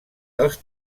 dels